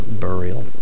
burial